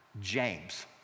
James